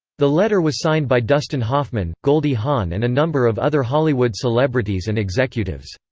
the letter was signed by dustin hoffman, goldie hawn and a number of other hollywood celebrities and executives.